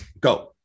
Go